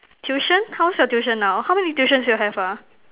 tuition how's your tuition now how many tuitions do you have ah